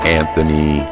anthony